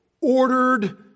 ordered